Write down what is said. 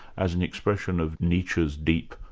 as an expression of nietzsche's deep,